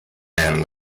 man